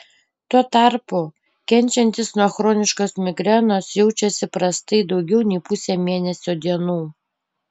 tuo tarpu kenčiantys nuo chroniškos migrenos jaučiasi prastai daugiau nei pusę mėnesio dienų